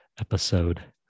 episode